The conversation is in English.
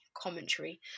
commentary